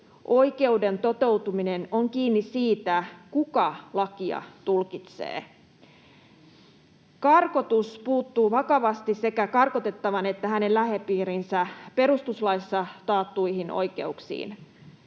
oikeuden toteutuminen on kiinni siitä, kuka lakia tulkitsee. Karkotus puuttuu vakavasti sekä karkotettavan että hänen lähipiirinsä perustuslaissa taattuihin oikeuksiin.